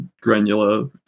granular